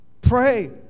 Pray